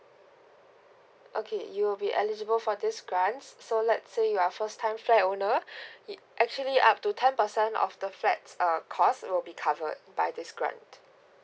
okay you'll be eligible for this grant so let say you are first time flat owner it actually up to ten percent of the flats um cost will be covered by this grant